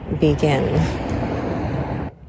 begin